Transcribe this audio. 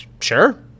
sure